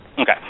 Okay